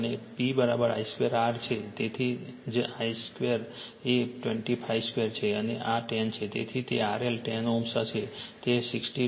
અને PI 2 R છે તેથી જ I 2 એ 25 2 છે અને આ 10 છે તેથી તે RL10 Ω હશે તે 62